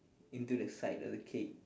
into the side of the cake